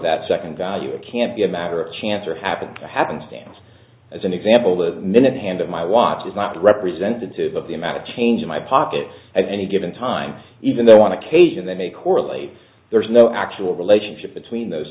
that second value it can't be a matter of chance or happened happenstance as an example the minute hand of my watch is not representative of the amount of change in my pocket at any given time even though i want to kazan that may correlate there's no actual relationship between those